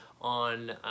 on